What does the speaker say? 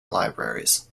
libraries